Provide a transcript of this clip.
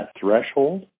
threshold